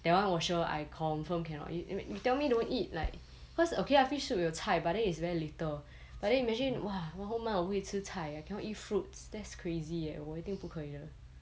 that one 我 sure I confirm cannot you tell me don't eat like cause okay lah fish soup 有菜 but then it's very little but then you imagine !wah! one whole month 我不可以吃菜 I cannot eat fruits that's crazy leh 我一定不可以的